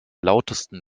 lautesten